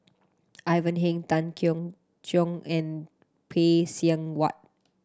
Ivan Heng Tan Keong Choon and Phay Seng Whatt